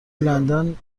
لندن